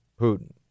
putin